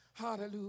Hallelujah